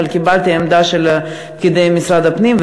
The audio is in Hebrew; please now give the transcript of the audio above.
אבל קיבלתי את עמדת פקידי משרד הפנים,